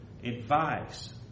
Advice